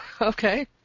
Okay